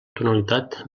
tonalitat